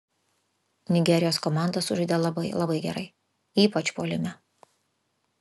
nigerijos komanda sužaidė labai labai gerai ypač puolime